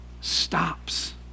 stops